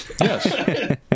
Yes